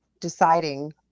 deciding